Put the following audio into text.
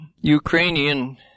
Ukrainian